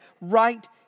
right